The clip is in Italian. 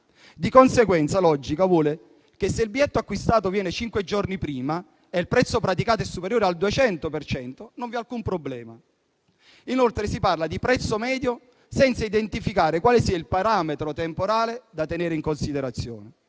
Di conseguenza, logica vuole che se il biglietto viene acquistato cinque giorni prima e il prezzo praticato è superiore al 200 per cento non vi sia alcun problema. Inoltre si parla di prezzo medio senza identificare quale sia il parametro temporale da tenere in considerazione.